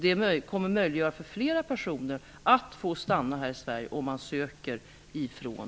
Det kommer att möjliggöra för fler personer att stanna här i Sverige, om de kan söka härifrån.